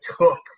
took